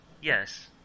Yes